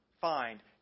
find